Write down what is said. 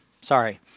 sorry